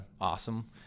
awesome